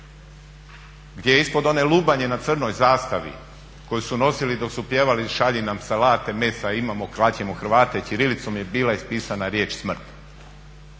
gdje je ispod one lubanje na crnoj zastavi koju su nosili dok su pjevali "šalji nam salate, mesa imamo, klati ćemo Hrvate" ćirilicom je bila ispisana riječ "smrt".